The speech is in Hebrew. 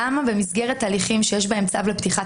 למה במסגרת הליכים שיש בהם צו לפתיחת